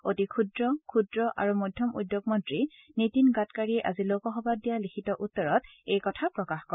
অতি ক্ষুদ্ৰ ক্ষুদ্ৰ আৰু মধ্যম উদ্যোগ মন্ত্ৰী নীতিন গাডকাৰীয়ে আজি লোকসভাত দিয়া লিখিত উত্তৰত এই কথা প্ৰকাশ কৰে